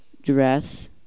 Dress